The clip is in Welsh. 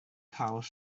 cael